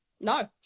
No